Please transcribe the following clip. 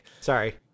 sorry